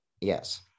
Yes